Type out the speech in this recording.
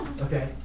Okay